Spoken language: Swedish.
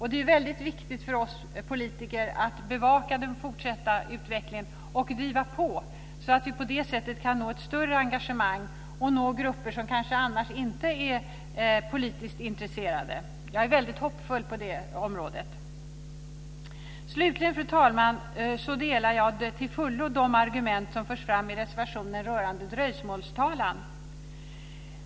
Det är väldigt viktigt för oss politiker att bevaka den fortsatta utvecklingen och driva på så att vi på det sättet kan skapa ett större engagemang och nå grupper som kanske annars inte är politiskt intresserade. Jag är väldigt hoppfull i det avseendet. Slutligen, fru talman, delar jag till fullo de argument som förs fram i reservationen rörande dröjsmålstalan.